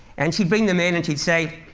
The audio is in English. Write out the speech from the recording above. and she'd bring them in, and she'd say,